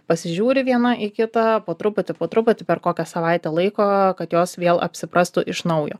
pasižiūri viena į kitą po truputį po truputį per kokią savaitę laiko kad jos vėl apsiprastų iš naujo